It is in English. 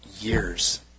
years